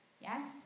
Yes